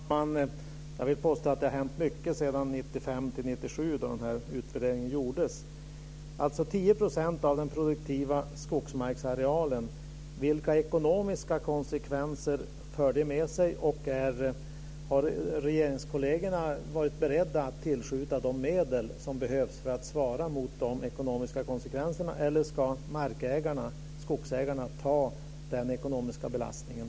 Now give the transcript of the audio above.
Fru talman! Jag vill påstå att det har hänt mycket sedan 1995 till 1997, då utvärderingen gjordes. Att avsätta 10 % av den produktiva skogsmarksarealen, vilka ekonomiska konsekvenser får det? Har regeringskollegerna varit beredda att tillskjuta de medel som behövs för att svara mot de ekonomiska konsekvenserna, eller ska skogsägarna själva ta den ekonomiska belastningen?